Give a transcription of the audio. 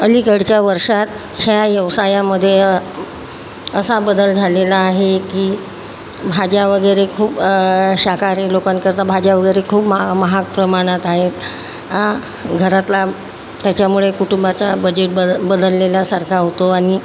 अलीकडच्या वर्षात ह्या व्यवसायामध्ये असा बदल झालेला आहे की भाज्या वगैरे खूप शाकाहारी लोकांकरता भाज्या वगैरे खूप म महाग प्रमाणात आहेत आं घरातला त्याच्यामुळे कुटुंबाचा बजेट बद बदललेला सारखा होतो आणि